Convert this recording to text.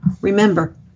remember